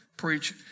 preach